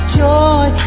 joy